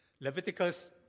Leviticus